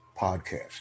podcast